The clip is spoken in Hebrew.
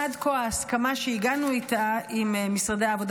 עד כה ההסכמה שהגענו אליה עם משרדי העבודה